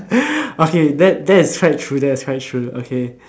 okay that that is quite true that is quite true okay